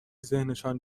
ذهنشان